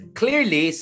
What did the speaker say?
clearly